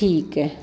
ठीक आहे